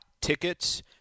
tickets